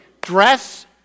dress